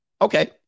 Okay